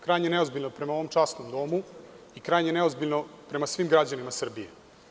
Krajnje neozbiljno prema ovom časnom domu i krajnje neozbiljno prema svim građanima Srbije.